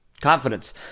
confidence